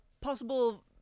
possible